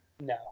No